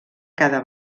cada